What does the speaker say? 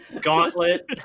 Gauntlet